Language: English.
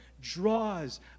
draws